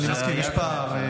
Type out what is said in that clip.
אני מסכים, יש פער.